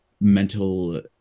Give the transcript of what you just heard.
mental